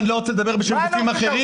ואני לא רוצה לדבר בשום גופים אחרים.